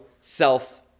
self